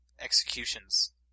executions